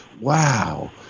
Wow